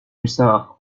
hussard